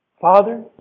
Father